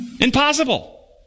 Impossible